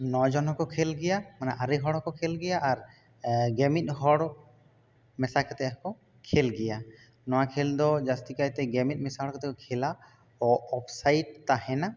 ᱱᱚᱡᱚᱱ ᱠᱚ ᱠᱷᱮᱞ ᱜᱮᱭᱟ ᱢᱟᱱᱮ ᱟᱨᱮ ᱦᱚᱲ ᱦᱚᱸᱠᱚ ᱠᱷᱮᱞ ᱜᱮᱭᱟ ᱟᱨ ᱜᱮᱢᱤᱫ ᱦᱚᱲ ᱢᱮᱥᱟ ᱠᱟᱛᱮ ᱦᱚᱸᱠᱚ ᱠᱷᱮᱞ ᱜᱮᱭᱟ ᱱᱚᱣᱟ ᱠᱷᱮᱞ ᱫᱚ ᱡᱟᱹᱥᱛᱤ ᱠᱟᱭ ᱛᱮ ᱜᱮ ᱢᱤᱫ ᱦᱚᱲ ᱢᱮᱥᱟ ᱠᱟᱛᱮ ᱠᱚ ᱠᱷᱮᱞᱟ ᱚᱯᱷᱥᱟᱭᱤᱰ ᱛᱟᱦᱮᱱᱟ